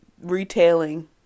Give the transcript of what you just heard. retailing